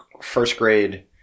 first-grade